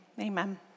amen